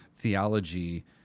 theology